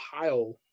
pile